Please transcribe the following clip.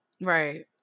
Right